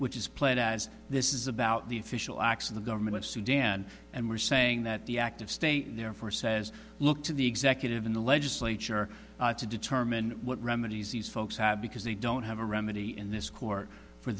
which is played as this is about the official acts of the government of sudan and we're saying that the act of staying there for says look to the executive in the legislature to determine what remedies these folks have because they don't have a remedy in this court for